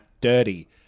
dirty